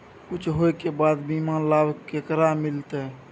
कुछ होय के बाद बीमा लाभ केकरा मिलते?